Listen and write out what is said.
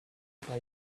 play